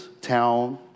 town